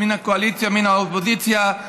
מן הקואליציה ומן האופוזיציה,